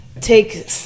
take